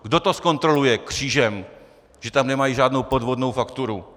Kdo to zkontroluje křížem, že tam nemají žádnou podvodnou fakturu?